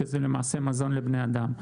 שזה למעשה מזון לבני אדם.